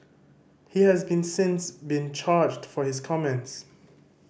he has been since been charged for his comments